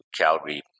Calgary